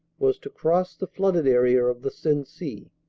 was to cross the flooded area of the sensee,